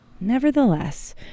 Nevertheless